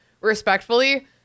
respectfully